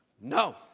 No